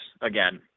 again